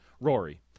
rory